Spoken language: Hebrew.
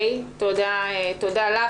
תודה לך.